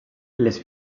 les